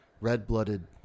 red-blooded